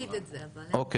נגיד את זה אבל כשנקריא.